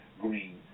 Green